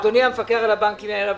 אדוני המפקח על הבנקים, מר יאיר אבידן,